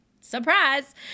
Surprise